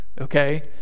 okay